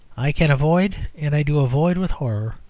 i can avoid, and i do avoid with horror,